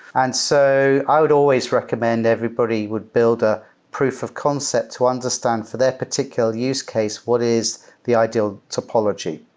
and so i would always recommend everybody would build the ah proof of concept to understand for their particular use case what is the ideal topology.